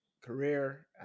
career